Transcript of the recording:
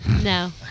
No